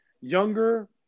younger